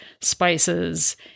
spices